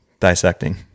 dissecting